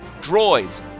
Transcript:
droids